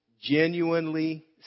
genuinely